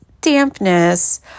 dampness